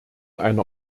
einer